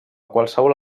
qualsevol